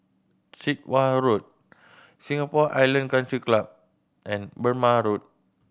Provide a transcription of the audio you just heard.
Sit Wah Road Singapore Island Country Club and Burmah Road